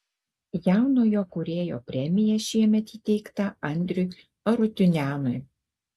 jaunojo kūrėjo premija šiemet įteikta andriui arutiunianui